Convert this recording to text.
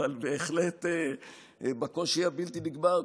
אבל בהחלט בקושי הבלתי-נגמר.